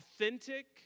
authentic